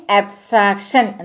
abstraction